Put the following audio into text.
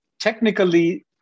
technically